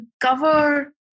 cover